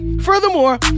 Furthermore